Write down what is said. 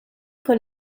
con